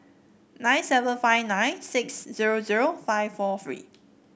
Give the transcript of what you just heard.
nine seven five nine six zero zero five four three